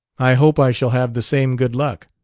i hope i shall have the same good luck.